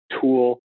tool